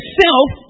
self